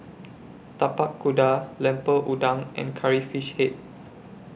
Tapak Kuda Lemper Udang and Curry Fish Head